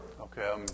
Okay